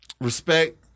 respect